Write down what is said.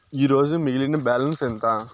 ఈరోజు మిగిలిన బ్యాలెన్స్ ఎంత?